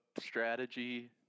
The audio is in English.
strategy